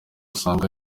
usanga